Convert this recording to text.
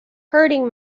hurting